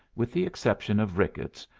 with the exception of ricketts,